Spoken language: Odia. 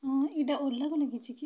ହଁ ଏଇଟା ଓଲାକୁ ଲାଗିଛି କି